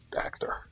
Actor